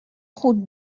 route